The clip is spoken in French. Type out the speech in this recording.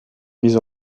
mises